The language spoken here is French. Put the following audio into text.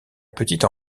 petite